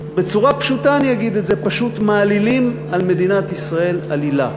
שבצורה פשוטה אני אגיד את זה: פשוט מעלילים על מדינת ישראל עלילה.